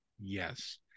Yes